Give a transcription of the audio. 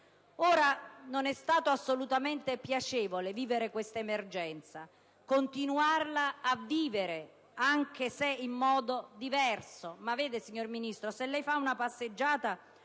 Ora, non è stato assolutamente piacevole vivere questa emergenza e continuarla a vivere, anche se in modo diverso. Vede, signor Ministro, se lei fa una passeggiata